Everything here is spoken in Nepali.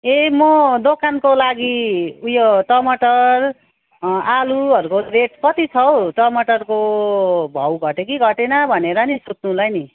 ए म दोकानको लागि उयो टमाटर आलुहरूको रेट कति छ हौ टमाटरको भाउ घट्यो कि घटेन भनेर नि सोध्नुलाई नि